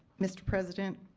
mr. president,